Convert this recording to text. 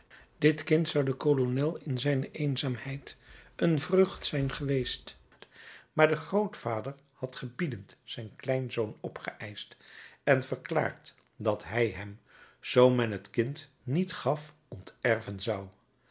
dit kind zou den kolonel in zijne eenzaamheid een vreugd zijn geweest maar de grootvader had gebiedend zijn kleinzoon opgeëischt en verklaard dat hij hem zoo men t kind niet gaf onterven zou